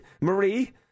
Marie